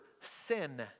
sin